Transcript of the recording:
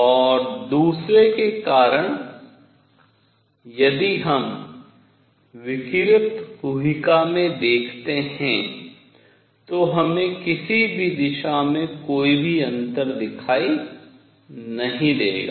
और दूसरे के कारण यदि हम विकिरित गुहिका में देखते हैं तो हमें किसी भी दिशा में कोई भी अंतर दिखाई नहीं देगा